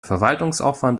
verwaltungsaufwand